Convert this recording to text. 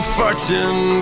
fortune